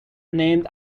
named